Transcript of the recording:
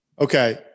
Okay